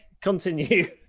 continue